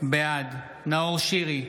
בעד נאור שירי,